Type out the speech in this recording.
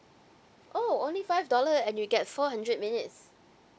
oh only five dollar and you get four hundred minutes